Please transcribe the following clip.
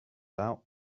out